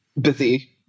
busy